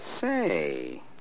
Say